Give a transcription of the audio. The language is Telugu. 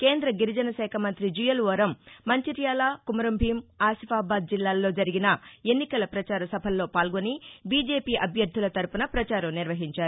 కేంధ గిరిజన శాఖ మంతి జుయల్ ఓరమ్ మంచిర్యాల కుమురంభీం ఆసిఫాబాద్ జిల్లాల్లో జరిగిన ఎన్నికల ప్రచార సభల్లో పాల్గొని బీజేపీ అభ్యర్థుల తరపున ప్రచారం నిర్వహించారు